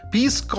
Peace